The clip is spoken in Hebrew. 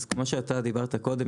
אז כמו שאתה אמרת קודם,